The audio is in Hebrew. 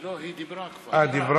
הא, דיברה טלי?